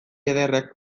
ederrek